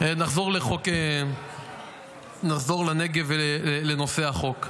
נחזור לנגב ולנושא החוק.